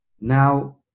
Now